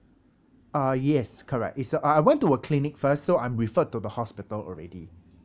uh yes correct is uh I went to a clinic first so I'm referred to the hospital already